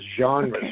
genres